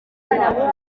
kuyageraho